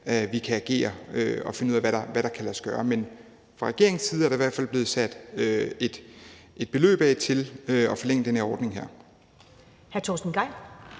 at vi kan agere og finde ud af, hvad der kan lade sig gøre. Men fra regeringens side er der i hvert fald blevet sat et beløb af til at forlænge den her ordning.